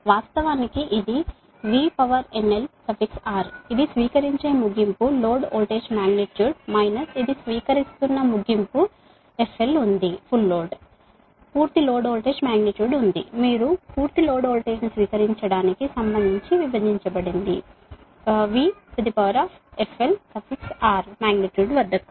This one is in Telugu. కాబట్టి వాస్తవానికి ఇది VRNL ఇది స్వీకరించే ముగింపు లోడ్ వోల్టేజ్ మాగ్నిట్యూడ్ మైనస్ ఇది స్వీకరిస్తున్న ముగింపు FL ఉంది పూర్తి లోడ్ వోల్టేజ్ మాగ్నిట్యూడ్ ఉంది మీరు పూర్తి లోడ్ వోల్టేజ్ను స్వీకరించడానికి సంబంధించి విభజించబడింది VRFL మాగ్నిట్యూడ్ వద్దకు